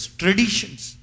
traditions